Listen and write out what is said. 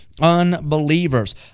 unbelievers